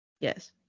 Yes